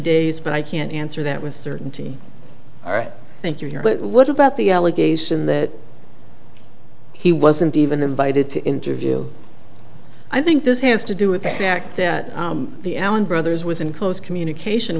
days but i can't answer that with certainty or thank you what about the allegation that he wasn't even invited to interview i think this has to do with the fact that the allen brothers was in close communication